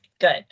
Good